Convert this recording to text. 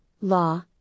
law